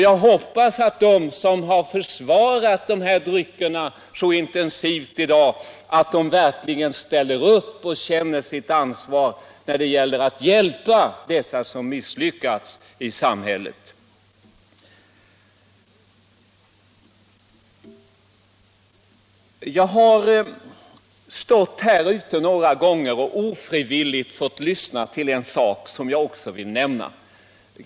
Jag hoppas att de som har försvarat de här dryckerna så intensivt i dag verkligen ställer upp och känner sitt ansvar när det gäller att hjälpa dem som misslyckats i samhället. Jag har några gånger här i huset ofrivilligt kommit att lyssna till något som jag också vill nämna.